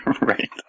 Right